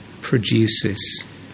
produces